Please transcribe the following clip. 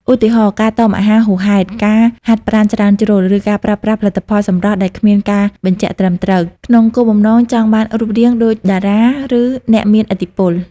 ឧទាហរណ៍ ការតមអាហារហួសហេតុ ការហាត់ប្រាណច្រើនជ្រុល ឬការប្រើប្រាស់ផលិតផលសម្រស់ដែលគ្មានការបញ្ជាក់ត្រឹមត្រូវ ក្នុងគោលបំណងចង់បានរូបរាងដូចតារា ឬអ្នកមានឥទ្ធិពល។